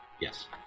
Yes